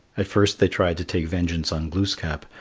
at first they tried to take vengeance on glooskap,